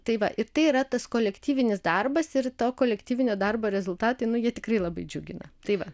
tai va ir tai yra tas kolektyvinis darbas ir to kolektyvinio darbo rezultatai nu jie tikrai labai džiugina tai va